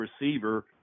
receiver